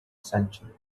century